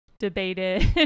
Debated